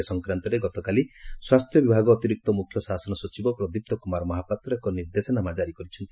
ଏ ସଂକ୍ରାନ୍ତରେ ଗତକାଲି ସ୍ପାସ୍ଥ୍ୟ ବିଭାଗ ଅତିରିକ୍ତ ମୁଖ୍ୟ ଶାସନ ସଚିବ ପ୍ରଦୀପ୍ତ କୁମାର ମହାପାତ୍ର ଏକ ନିର୍ଦ୍ଦେଶାନାମା ଜାରି କରିଛନ୍ତି